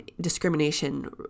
discrimination